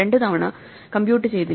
രണ്ടുതവണ കമ്പ്യൂട്ട് ചെയ്തില്ല